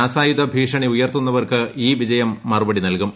രാസായുധ ഭീഷണി ഉയർത്തുന്നവർക്ക് ഈ വിജയം മറുപടി നൽകും